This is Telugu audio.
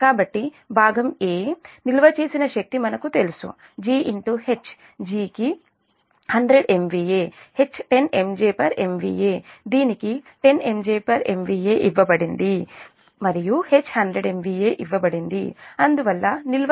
కాబట్టి భాగం ఎ నిల్వ చేసిన శక్తి మనకు తెలుసు G H G కి 100 MVA H 10 MJMVA దీనికి 10 MJMVA ఇవ్వబడింది మరియు H 100 MVA ఇవ్వబడింది అందువల్ల నిల్వ ఎనర్జీ 100 10 అవుతుంది